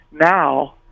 now